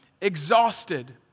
exhausted